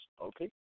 okay